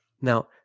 Now